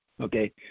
Okay